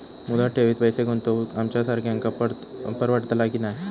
मुदत ठेवीत पैसे गुंतवक आमच्यासारख्यांका परवडतला की नाय?